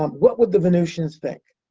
um what would the venusians think?